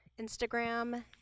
instagram